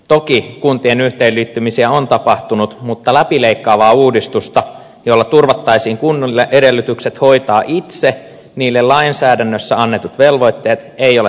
toki kuntien yhteenliittymisiä on tapahtunut mutta läpileikkaavaa uudistusta jolla turvattaisiin kunnille edellytykset hoitaa itse niille lainsäädännössä annetut velvoitteet ei ole saatu aikaan